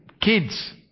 kids